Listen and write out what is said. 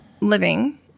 living